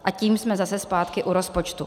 A tím jsme zase zpátky u rozpočtu.